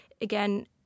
again